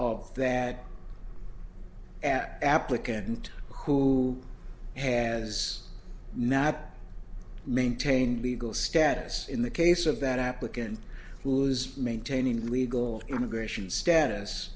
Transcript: of that applicant who has not maintained legal status in the case of that applicant who is maintaining legal immigration status